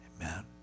Amen